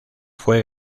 fue